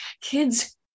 Kids